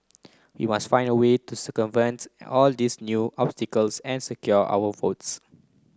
we must find a way to circumvent all these new obstacles and secure our votes